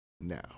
now